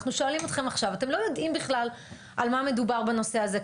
אנחנו שואלים אתכם עכשיו ואתם לא יודעים בכלל על מה מדובר בנושא הזה,